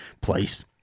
place